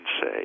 say